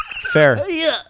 Fair